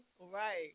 Right